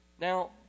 Now